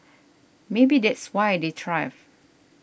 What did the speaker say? maybe that's why they thrived